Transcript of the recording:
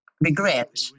regret